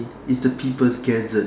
if the people gathered